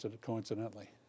coincidentally